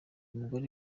mugore